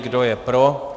Kdo je pro?